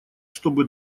чтобы